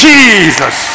Jesus